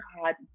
hard